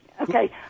Okay